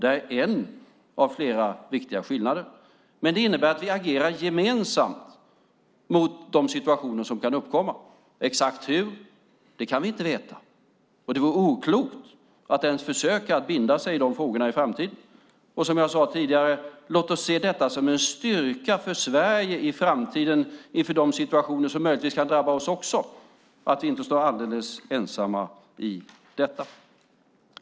Det är en av flera viktiga skillnader. Det innebär dock att vi agerar gemensamt mot de situationer som kan uppkomma. Exakt hur kan vi inte veta, och det vore oklokt att ens försöka binda sig i dessa frågor i framtiden. Som jag sade tidigare: Låt oss se det som en styrka för Sverige i framtiden och inför de situationer som möjligtvis kan drabba också oss att vi inte står alldeles ensamma i detta.